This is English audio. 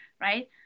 right